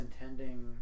intending